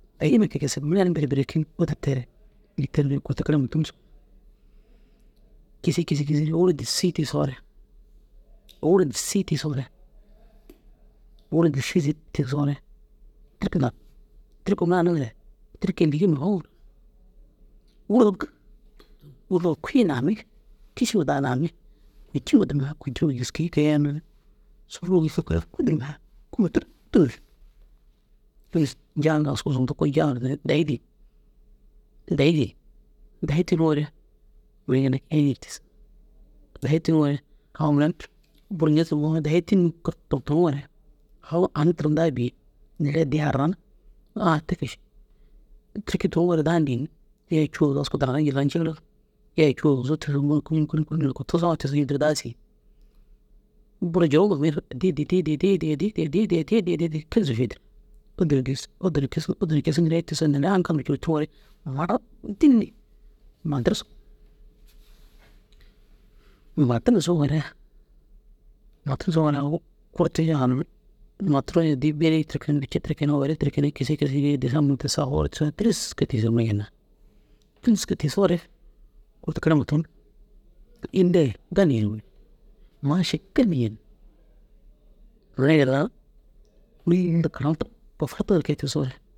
Ayima ke gisig mire ni bereberekiŋ ôtu tere kûrtu tekere kisii kisii kisiiree ôwura disii tigisoore ôwura dissii tigisoore ôwura disii zitke tigisoore tirki nak. Tirki mura hananiŋi tirki lîgema foro kui nammi kišima daa nammi kûncima daa nak kûncimar gîskei kei a unnu suruu gii foki koma tûruzir janire askuu zundu koore janire dayi dîn dayi dîn dayi tiniŋoore mire ginna kege tigisigi dayii tiniŋoore agu mire bur ŋizimoo dayii tinim kazum tunum ŋoore agu aũ tira daa biyig noore addi aran a te ke ši tirki tunuŋoore daa ninni yaa cûu walla aguzuu askuu danare jillar ncigirig yaa cûu walla aguzuu tigisoo mumere koru koru koru ni loko tuzoo ŋa tigisoo yin daa sii bur côŋumere addi addir addi addi addi kezoo fîdir ôdu addi ussu ôdu kisoo ôduna kisoo kisinŋerere tigisoore noore agalma jilotiriŋoore mura dinni ma dir sop ma tirim sooŋore ma tirim sooŋore agu kortiŋo haranimmi ma tirim ni tirkini fici tirkinim awire tirkinim kisi kisi digisa murdom saa fôu gor tigisoore tîriske tigisig mire ginna tîriske tigisoore ôtu kerema tun illi ai galli yen maaši galli yen mire ginnar dîlli karan tabka fatiga ke tigisoore